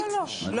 לא, לא, לא.